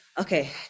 okay